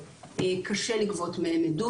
קשה לגבות מהם עדות.